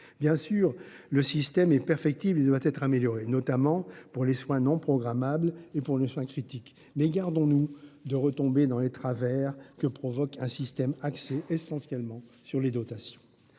Bien sûr, le système est perfectible et doit être amélioré, notamment pour les soins non programmables et pour les soins critiques, mais gardons nous de retomber dans les travers que provoque un système axé essentiellement sur des dotations.